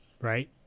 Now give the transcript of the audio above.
Right